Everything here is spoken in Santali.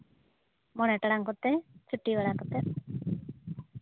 ᱢᱚᱬᱮ ᱴᱟᱲᱟᱝ ᱠᱚᱛᱮ ᱪᱷᱩᱴᱤ ᱵᱟᱲᱟ ᱠᱟᱛᱮ